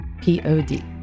P-O-D